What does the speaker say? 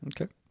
Okay